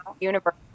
universe